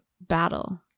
battle